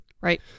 Right